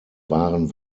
wahren